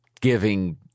giving